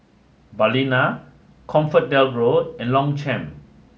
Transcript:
Balina ComfortDelGro and Longchamp